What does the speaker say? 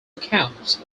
accounts